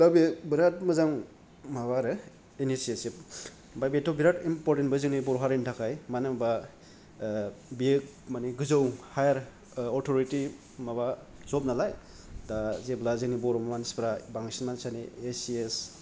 दा बे बेराद मोजां माबा आरो इनिसिएसिप ओमफ्राय बेथ' बेराद इमपरटेन्टबो जोंनि बर' हारिनि थाखाय मानो होमबा बेयो माने गोजौ हायार अटरिटि माबा जब नालाय दा जेब्ला जोंनि बर' मानसिफ्रा बांसिन मानसियानो ए सि एस